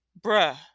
bruh